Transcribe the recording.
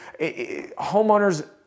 homeowners